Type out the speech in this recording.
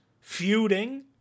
feuding